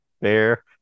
Fair